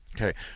Okay